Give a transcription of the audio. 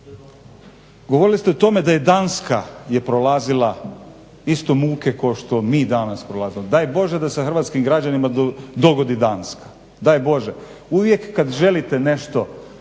Govorili ste o tome da je Danska prolazila isto muke kao što mi danas prolazimo. Daj Bože da se hrvatskim građanima dogodi Danska, daj Bože. Uvijek kad želite nešto